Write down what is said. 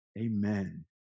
Amen